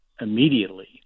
immediately